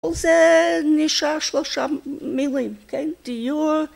‫אז נשאר שלושה מילים, כן? ‫דיור...